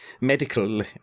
medical